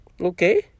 okay